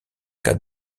cas